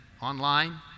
online